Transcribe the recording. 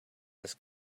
this